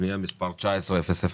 פנייה מספר 19-003,